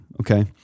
Okay